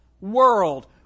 world